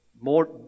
more